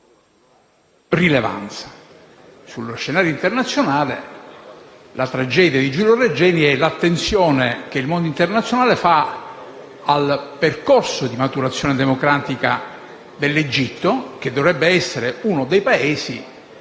rilevanza. Sullo scenario internazionale, la tragedia di Giulio Regeni è l'attenzione che il mondo internazionale ha verso il percorso di maturazione democratica dell'Egitto, che dovrebbe essere uno dei Paesi